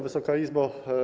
Wysoka Izbo!